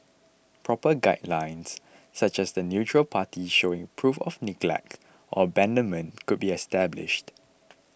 proper guidelines such as the neutral party showing proof of neglect or abandonment could be established